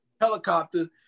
helicopter